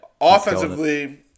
Offensively